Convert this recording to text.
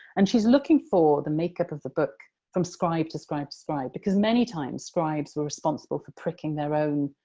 and she's looking for the makeup of the book from scribe to scribe to scribe, because many times scribes were responsible for pricking their own